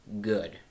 good